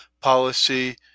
policy